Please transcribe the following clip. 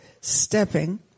stepping